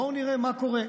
בואו נראה מה קורה,